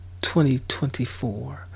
2024